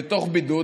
לתוך בידוד,